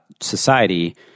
society—